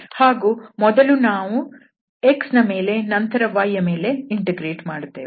ಹಾಗೂ ಮೊದಲು ನಾವು x ನ ಮೇಲೆ ನಂತರ y ಯ ಮೇಲೆ ಇಂಟಿಗ್ರೇಟ್ ಮಾಡುತ್ತೇವೆ